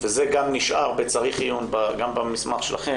וזה גם נשאר בצריך עיון גם במסמך שלכם,